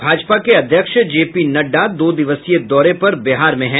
भाजपा के अध्यक्ष J P Nadda दो दिवसीय दौरे पर बिहार में हैं